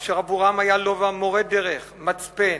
אשר עבורם היה לובה מורה דרך, מצפן,